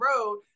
road